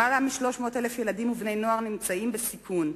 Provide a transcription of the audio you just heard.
יותר מ-300,000 ילדים ובני נוער נמצאים בסיכון,